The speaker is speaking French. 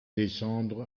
descendre